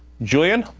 julian,